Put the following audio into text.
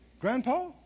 Grandpa